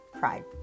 pride